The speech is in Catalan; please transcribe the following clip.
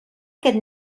aquest